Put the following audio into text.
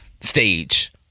stage